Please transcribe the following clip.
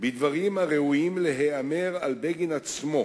בדברים הראויים להיאמר על בגין עצמו